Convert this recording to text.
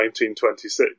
1926